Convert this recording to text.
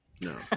no